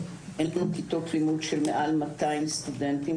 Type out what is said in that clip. של מעל 200 סטודנטים.